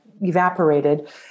evaporated